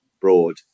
broad